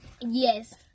Yes